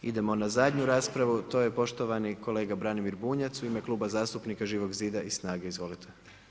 Idemo na zadnju raspravu, to je poštovani kolega Branimir Bunjac u ime Kluba zastupnika Živog zida i SNAGA-e, izvolite.